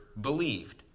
believed